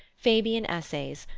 fabian essays,